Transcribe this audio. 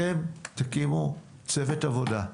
אתם תקימו צוות עבודה,